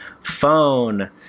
phone